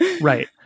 Right